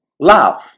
love